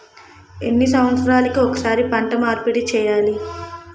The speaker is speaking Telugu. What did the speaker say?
ఎన్ని సంవత్సరాలకి ఒక్కసారి పంట మార్పిడి చేయాలి?